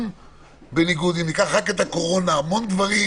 אם ניקח את הקורונה, המון דברים